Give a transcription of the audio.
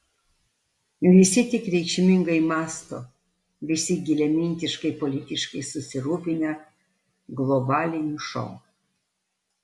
visi tik reikšmingai mąsto visi giliamintiškai politiškai susirūpinę globaliniu šou